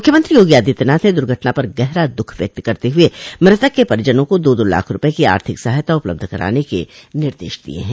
मुख्यमंत्री योगी आदित्यनाथ ने दुर्घटना पर गहरा दुःख व्यक्त करते हुए मृतक के परिजनों को दो दो लाख रूपये की आर्थिक सहायता उपलब्ध कराने के निर्देश दिये हैं